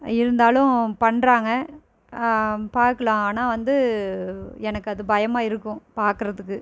இருந்தாலும் பண்ணுறாங்க பார்க்கலாம் ஆனால் வந்து எனக்கு அது பயமாக இருக்கும் பார்க்குறதுக்கு